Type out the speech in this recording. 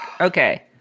okay